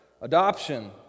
Adoption